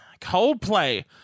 Coldplay